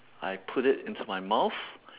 I put it into my mouth